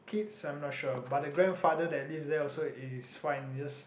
kids I'm not sure but the grandfather that lives there also it is fine it just